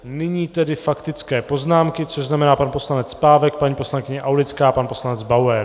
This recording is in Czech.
Nyní tedy faktické poznámky, což znamená pan poslanec Pávek, paní poslankyně Aulická a pan poslanec Bauer.